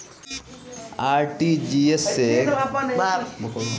RTGS से पैसा भेजे में केतना समय लगे ला?